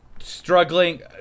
struggling